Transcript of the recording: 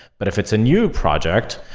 but if it's a new project,